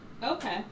Okay